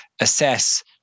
assess